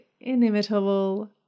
inimitable